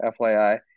FYI